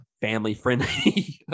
family-friendly